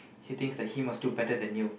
he thinks that he must do better than you